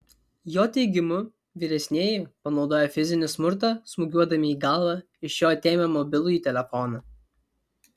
jo teigimu vyresnieji panaudoję fizinį smurtą smūgiuodami į galvą iš jo atėmė mobilųjį telefoną